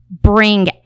bring